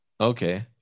Okay